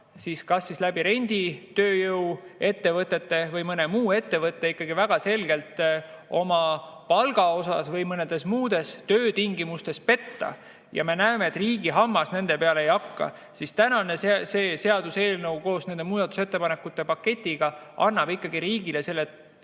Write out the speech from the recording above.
siin kas renditööjõu ettevõtete või mõne muu ettevõtte kaudu ikkagi väga selgelt oma palgas või mõnes muus töötingimuses petta. Ja me näeme, et riigi hammas nende peale ei hakka. See seaduseelnõu koos nende muudatusettepanekute paketiga annab riigile